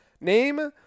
Name